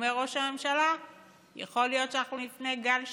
אומר ראש הממשלה שיכול להיות שאנחנו לפני גל שני.